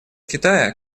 китая